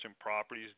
properties